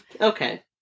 Okay